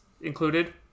included